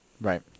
Right